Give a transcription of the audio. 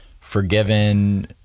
forgiven